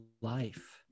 life